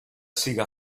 siga